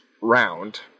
round